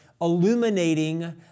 illuminating